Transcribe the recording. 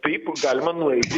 taip galima nueiti